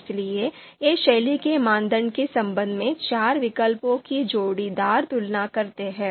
इसलिए ये शैली के मानदंड के संबंध में चार विकल्पों की जोड़ीदार तुलना करते हैं